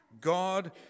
God